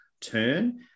turn